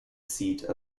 seat